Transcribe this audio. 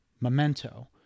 memento